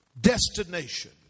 destination